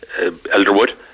Elderwood